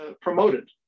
promoted